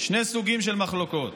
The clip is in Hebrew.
שני סוגים של מחלוקות: